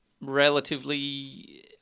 relatively